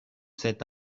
cet